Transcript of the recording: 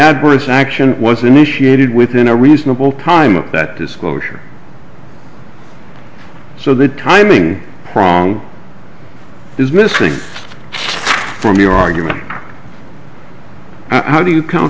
adverse action was initiated within a reasonable time of that disclosure so the timing prong is missing from your argument and how do you co